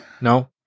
no